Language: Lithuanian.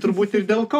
turbūt ir dėl ko